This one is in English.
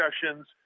discussions